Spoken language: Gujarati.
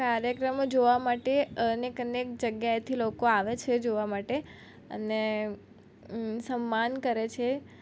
કાર્યક્રમો જોવા માટે અનેક અનેક જગ્યાએથી લોકો આવે છે જોવા માટે અને સન્માન કરે છે